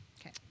Okay